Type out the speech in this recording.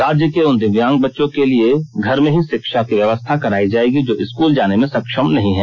राज्य के उन दिव्यांग बच्चों केलिए घर में ही शिक्षा की व्यवस्था करायी जायेगी जो स्कूल जाने में सक्षम नहीं है